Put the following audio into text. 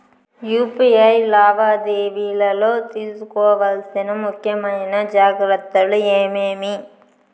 UPI లావాదేవీలలో తీసుకోవాల్సిన ముఖ్యమైన జాగ్రత్తలు ఏమేమీ?